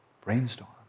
Brainstorm